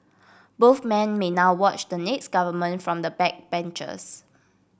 both men may now watch the next government from the backbenches